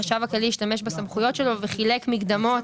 החשב הכללי השתמש בסמכויות שלו וחילק מקדמות